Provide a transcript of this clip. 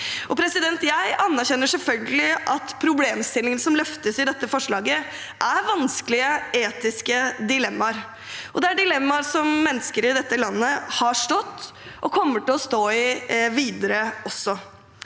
abortlov. Jeg anerkjenner selvfølgelig at problemstillingene som løftes i dette forslaget, er vanskelige etiske dilemmaer. Det er dilemmaer som mennesker i dette landet har stått i og kommer til å stå i videre